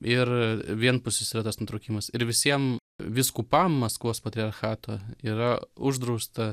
ir vienpusis yra tas nutrūkimas ir visiem vyskupam maskvos patriarchato yra uždrausta